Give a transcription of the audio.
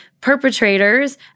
perpetrators